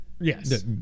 Yes